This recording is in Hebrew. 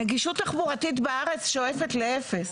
הנגישות התחבורתית בארץ שואפת לאפס.